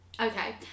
Okay